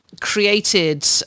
created